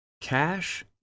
Cash